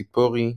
ציפורי,